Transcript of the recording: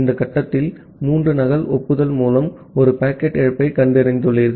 இந்த கட்டத்தில் மூன்று நகல் ஒப்புதல் மூலம் ஒரு பாக்கெட் இழப்பைக் கண்டறிந்துள்ளீர்கள்